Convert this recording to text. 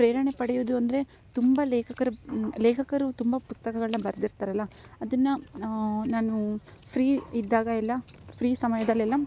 ಪ್ರೇರಣೆ ಪಡೆಯೋದು ಅಂದರೆ ತುಂಬ ಲೇಖಕ್ರು ಲೇಖಕರು ತುಂಬ ಪುಸ್ತಕಗಳನ್ನ ಬರೆದಿರ್ತಾರಲ್ಲ ಅದನ್ನು ನಾನು ಫ್ರಿ ಇದ್ದಾಗ ಎಲ್ಲ ಫ್ರಿ ಸಮಯದಲ್ಲೆಲ್ಲ